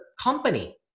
company